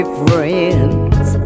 friends